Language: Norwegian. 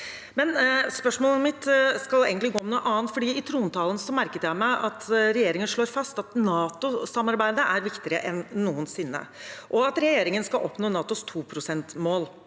Spørsmålet er egentlig om noe annet, for i trontalen merket jeg meg at regjeringen slår fast at NATO-samarbeidet er viktigere enn noensinne, og at regjeringen skal oppnå NATOs 2-prosentmål.